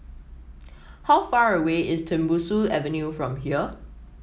how far away is Tembusu Avenue from here